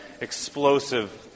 explosive